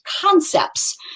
concepts